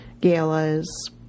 galas